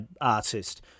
artist